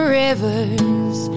rivers